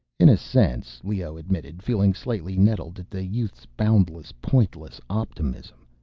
in a sense, leoh admitted, feeling slightly nettled the youth's boundless, pointless optimism.